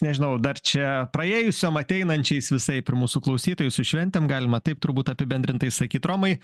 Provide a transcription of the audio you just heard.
nežinau dar čia praėjusiom ateinančiais visaip ir mūsų klausytojus su šventėm galima taip turbūt apibendrintai sakyt romai